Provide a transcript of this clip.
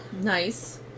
nice